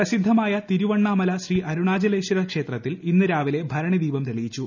പ്രസിദ്ധമായ തിരുവണ്ണാമല ശ്രീ അരുണാ ചലേശ്വര ക്ഷേത്രത്തിൽ ഇന്ന് രാവിലെ ഭരണി ദീപം തെളിയിച്ചു